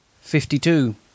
Fifty-two